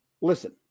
listen